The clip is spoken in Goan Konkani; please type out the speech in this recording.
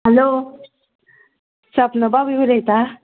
हॅलो सपना बाबी उलयता